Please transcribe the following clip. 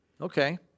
Okay